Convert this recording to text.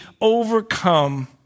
overcome